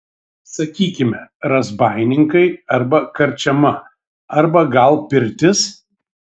sakykime razbaininkai arba karčiama arba gal pirtis